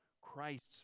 Christ's